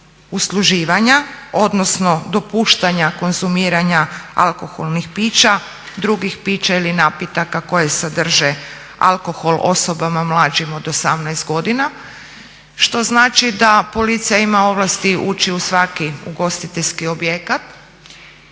usluživanja odnosno dopuštanja konzumiranja alkoholnih pića, drugih pića ili napitaka koje sadrže alkohol osobama mlađim od 18 godina što znači da policija ima ovlasti uči u svaki ugostiteljski objekat,